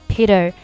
Peter